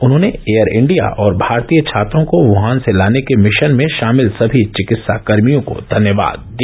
उन्होंने एयर इंडिया और भारतीय छात्रों को वुहान से लाने के मिशन में शामिल सभी चिकित्सा कर्मियों को धन्यवाद दिया